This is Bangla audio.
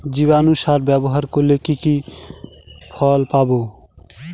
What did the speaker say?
জীবাণু সার ব্যাবহার করলে কি কি ফল পাবো?